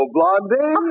Blondie